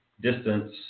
distance